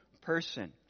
person